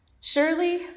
Surely